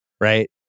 right